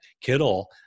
Kittle